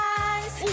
eyes